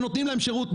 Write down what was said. שנותנים להם שירות,